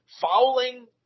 fouling